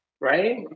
Right